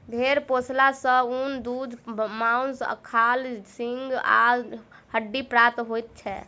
भेंड़ पोसला सॅ ऊन, दूध, मौंस, खाल, सींग आ हड्डी प्राप्त होइत छै